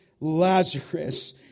Lazarus